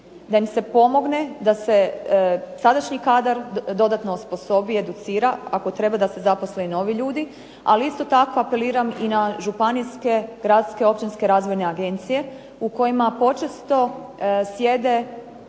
da im se pomogne da se sadašnji kadar dodatno osposobi i educira, ako treba da se zaposle i novi ljudi. Ali isto tako apeliram i na županijske, gradske, općinske razvojne agencije u kojima počesto sjede